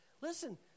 listen